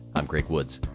i'm greg woods.